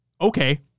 Okay